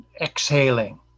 exhaling